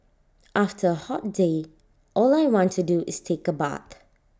after A hot day all I want to do is take A bath